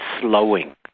slowing